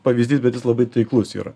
pavyzdys bet jis labai taiklus yra